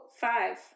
five